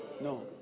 No